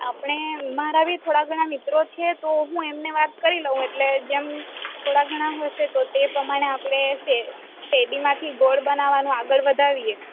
આપણે મારા બી થોડા ઘણા મિત્રો છે તો હું એમને વાત કરી લઉં એટલે જેમ થોડા ઘણા હશે તો તે પ્રમાણે આપણે તે શેરડીમાંથી ગોળ બનાવવાનું આગળ વધારીએ